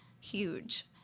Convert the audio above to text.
huge